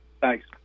Thanks